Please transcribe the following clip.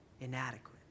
inadequate